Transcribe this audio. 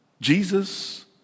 Jesus